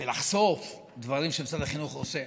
ולחשוף דברים שמשרד החינוך עושה.